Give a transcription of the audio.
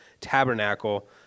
tabernacle